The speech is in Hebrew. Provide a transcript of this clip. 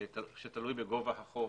שתלוי בגובה החוב,